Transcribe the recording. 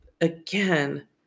again